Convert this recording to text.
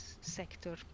sector